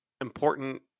important